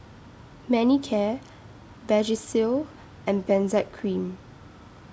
Manicare Vagisil and Benzac Cream